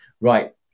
right